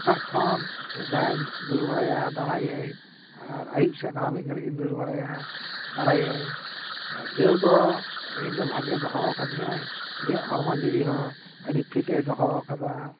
ᱥᱮᱛᱟᱜ ᱠᱷᱚᱱ ᱢᱤᱫ ᱫᱷᱟᱣᱤᱧ ᱫᱟᱹᱲ ᱵᱟᱲᱟᱭᱟ ᱫᱟᱬᱟᱭᱟᱹᱧ ᱟᱨ ᱟᱭᱩᱵ ᱥᱮᱫ ᱦᱚᱸ ᱢᱤᱫ ᱜᱷᱟᱹᱲᱤᱡ ᱤᱧ ᱫᱟᱹᱲ ᱵᱟᱲᱟᱭᱟ ᱫᱟᱸᱲᱟᱭᱟᱹᱧ ᱦᱮᱸ ᱫᱟᱹᱲ ᱫᱚ ᱤᱧ ᱫᱚ ᱵᱷᱟᱜᱮ ᱫᱚᱦᱚᱣ ᱠᱟᱹᱫᱤᱧᱟᱭ ᱤᱧᱟᱹᱜ ᱦᱚᱲᱢᱚ ᱡᱤᱣᱤ ᱦᱚᱸ ᱟᱹᱰᱤ ᱯᱷᱤᱴᱮ ᱫᱚᱦᱚᱣ ᱠᱟᱫᱟ